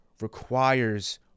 requires